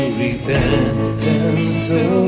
repentance